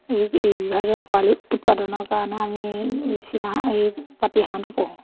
এ এই বিভাগে পোৱালি উৎপাদনৰ কাৰণে আমি চীনা এই পাতি হাঁহটো পুহোঁ